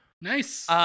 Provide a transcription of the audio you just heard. Nice